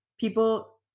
People